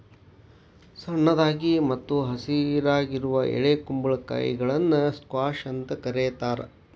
ಸಣ್ಣದಾಗಿ ಮತ್ತ ಹಸಿರಾಗಿರುವ ಎಳೆ ಕುಂಬಳಕಾಯಿಗಳನ್ನ ಸ್ಕ್ವಾಷ್ ಅಂತ ಕರೇತಾರ